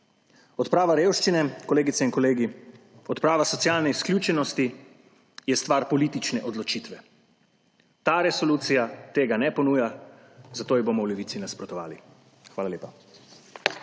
Odprava revščine, kolegice in kolegi, odprava socialne izključenosti je stvar politične odločitve. Ta resolucija tega ne ponuja, zato ji bomo v Levici nasprotovali. Hvala lepa.